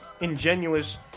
ingenuous